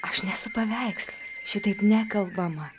aš nesu paveikslas šitaip nekalbama